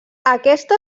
aquesta